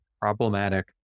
problematic